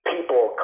people